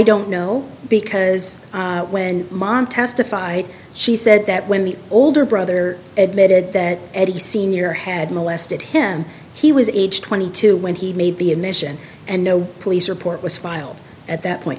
don't know because when mom testify she said that when the older brother admitted that the senior had molested him he was age twenty two when he made the admission and no police report was filed at that point